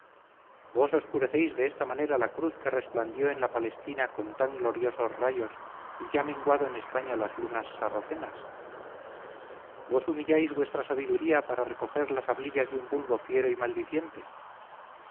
vos oscurecéis de esta manera la cruz que resplandeció en la palestina con tan gloriosos rayos y que ha menguado en españa las lunas sarracenas vos humilláis vuestra sabiduría hasta recoger las hablillas de un vulgo fiero y maldiciente